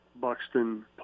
Buxton